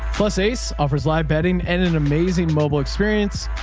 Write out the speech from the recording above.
plus ace offers live bedding and an amazing mobile experience.